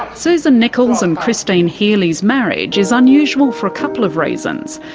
susan nicholls and christine healy's marriage is unusual for a couple of reasons.